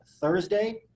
Thursday